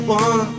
one